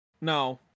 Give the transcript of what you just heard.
no